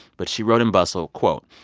but she wrote in bustle, quote,